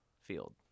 field